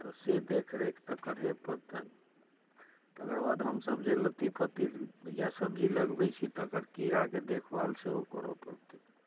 तऽ से देखरेख तऽ करहे पड़तनि तकर बाद हमसब जे लत्ती फत्ती या सब्जी लगबै छी तकर कीड़ाके देखभाल सेहो करऽ पड़तै